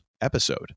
episode